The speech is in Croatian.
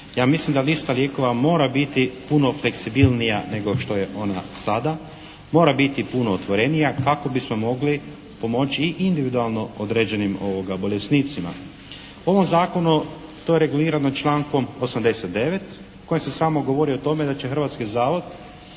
Ja mislim da lista lijekova mora biti puno fleksibilnija nego što je ona sada, mora biti puno otvorenija kako bismo mogli pomoći i individualno određenim bolesnicima. U ovom zakonu to je regulirano člankom 89. kojim se samo govori o tome da će Hrvatski zavod